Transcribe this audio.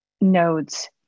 nodes